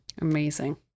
amazing